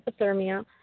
hypothermia